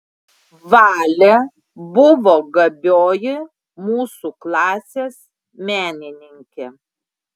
valė buvo gabioji mūsų klasės menininkė